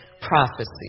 prophecy